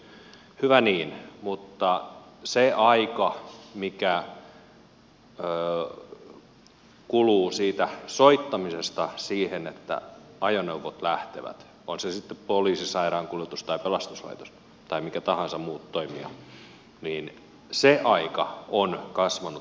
hyvä niin mutta se aika mikä kuluu siitä soittamisesta siihen että ajoneuvot lähtevät on se sitten poliisi sairaankuljetus tai pelastuslaitos tai mikä tahansa muu toimija on kasvanut koko ajan